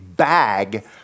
bag